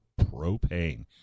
Propane